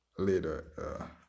later